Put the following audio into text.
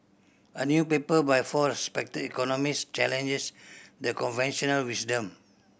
a new paper by four respected economist challenges the conventional wisdom